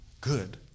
good